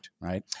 right